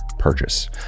purchase